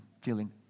feeling